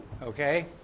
Okay